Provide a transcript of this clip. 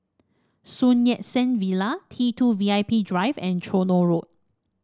Sun Yat Sen Villa T two V I P Drive and Tronoh Road